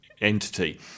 entity